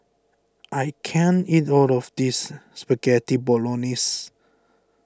I can't eat all of this Spaghetti Bolognese